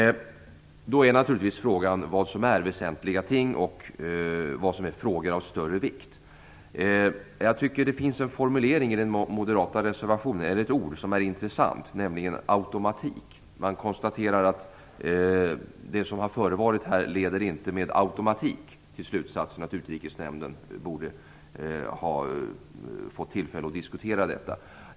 Frågan är naturligtvis vad som är väsentliga ting och vad som är frågor av större vikt. Jag tycker att det finns ett ord i den moderata reservationen som är intressant, nämligen "automatik". Man konstaterar att det som har förevarit inte med automatik leder till slutsatsen att Utrikesnämnden borde ha fått tillfälle att diskutera detta.